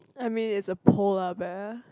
I mean it's a polar bear